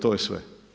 To je sve.